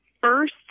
First